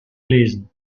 lesen